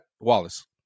Wallace